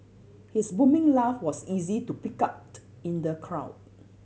his booming laugh was easy to pick out in the crowd